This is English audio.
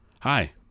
Hi